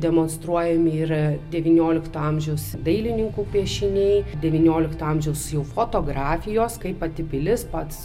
demonstruojami ir devyniolikto amžiaus dailininkų piešiniai devyniolikto amžiaus jų fotografijos kaip pati pilis pats